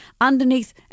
underneath